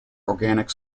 organic